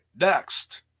next